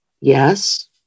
Yes